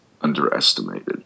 underestimated